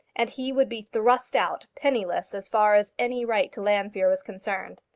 and he would be thrust out, penniless as far as any right to llanfeare was concerned.